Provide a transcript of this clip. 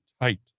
tight